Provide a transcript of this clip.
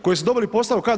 Koji su dobili posao kad?